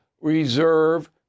reserve